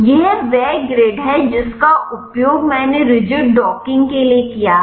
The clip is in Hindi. यह वह ग्रिड है जिसका उपयोग मैंने रिजिड डॉकिंग के लिए किया है